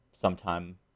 sometime